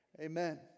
Amen